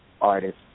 artist